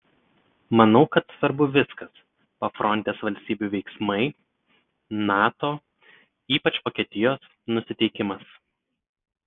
manau kad svarbu viskas pafrontės valstybių veiksmai nato ypač vokietijos nusiteikimas